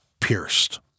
pierced